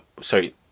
sorry